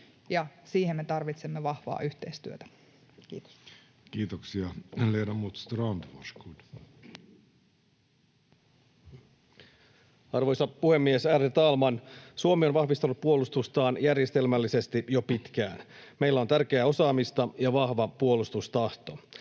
siihen me tarvitsemme vahvaa yhteistyötä. — Kiitos. Kiitoksia. — Ledamot Strand, varsågod. Arvoisa puhemies, ärade talman! Suomi on vahvistanut puolustustaan järjestelmällisesti jo pitkään. Meillä on tärkeää osaamista ja vahva puolustustahto.